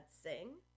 Sing